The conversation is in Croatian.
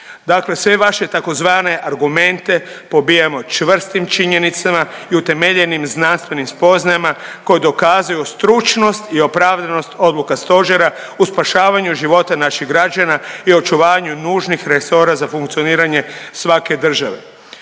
Dakle sve vaše tzv. argumente pobijamo čvrstim činjenicama i utemeljenim znanstvenim spoznajama koje dokazuju stručnost i opravdanost odluka Stožera u spašavanju života naših građana i očuvanju nužnih resora za funkcioniranje svake države.